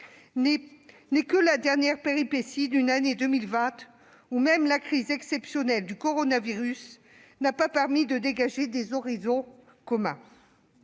n'est que la dernière péripétie d'une année 2020, durant laquelle même la crise exceptionnelle du covid-19 n'a pas permis de dégager des horizons communs.